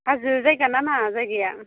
हाजो जायगा ना मा जायगाया